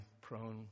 prone